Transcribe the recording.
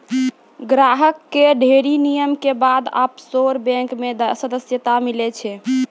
ग्राहक कअ ढ़ेरी नियम के बाद ऑफशोर बैंक मे सदस्यता मीलै छै